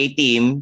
team